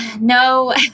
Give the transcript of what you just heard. No